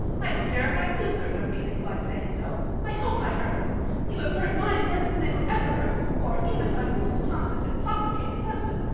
i don't care if i do hurt your feelings by saying so! i hope i hurt them. you have hurt mine worse than they were ever hurt before even by mrs. thomas' intoxicated husband.